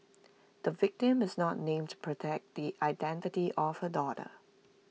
the victim is not named to protect the identity of her daughter